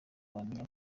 wamenya